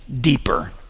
deeper